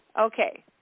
Okay